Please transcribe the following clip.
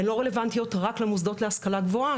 הן לא רלוונטיות רק למוסדות להשכלה גבוהה,